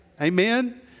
Amen